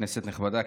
כנסת נכבדה,